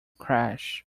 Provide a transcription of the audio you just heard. crash